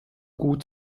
gut